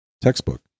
textbook